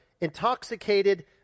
intoxicated